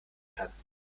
kann